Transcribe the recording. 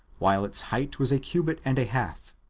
while its height was a cubit and a half.